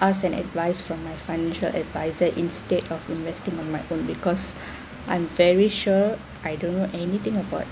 ask an advice from my financial adviser instead of investing on my own because I'm very sure I don't know anything about